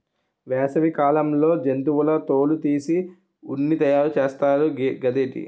వేసవి కాలంలో జంతువుల తోలు తీసి ఉన్ని తయారు చేస్తారు గదేటి